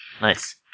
Nice